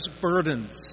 burdens